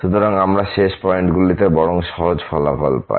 সুতরাং আমরা শেষ পয়েন্টগুলিতে বরং সহজ ফলাফল পাই